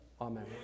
Amen